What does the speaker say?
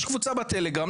יש קבוצה בטלגרם,